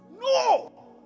No